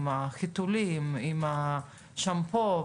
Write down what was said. עם החיתולים ועם השמפו,